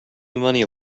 money